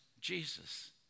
Jesus